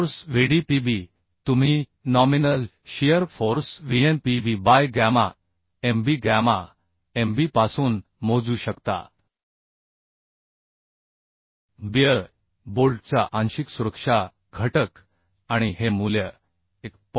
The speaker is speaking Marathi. फोर्स Vdpb तुम्ही nominal shear force Vnpb by gamma mb gamma mb पासून मोजू शकता बिअर बोल्टचा आंशिक सुरक्षा घटक आणि हे मूल्य 1